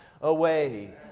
away